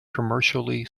commercially